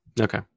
Okay